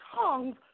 tongues